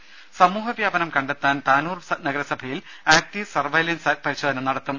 രുര സമൂഹ വ്യാപനം കണ്ടെത്താൻ താനൂർ നഗരസഭയിൽ ആക്ടീവ് സർവൈലൻസ് പരിശോധന നടത്തും